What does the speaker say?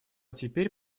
теперь